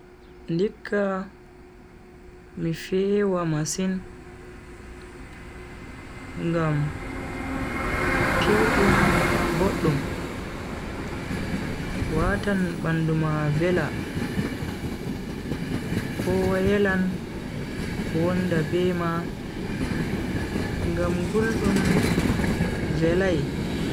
Ndikka mi feewa masin. ngam pewdum boddum watan bandu ma vela kowa yelan wonda bema ngam guldum velai.